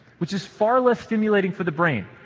which is far less stimulating for the brain,